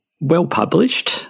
well-published